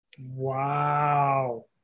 Wow